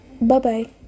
Bye-bye